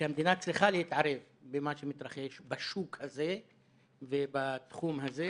שהמדינה צריכה להתערב במה שמתרחש בשוק הזה ובתחום הזה,